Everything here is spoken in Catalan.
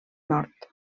nord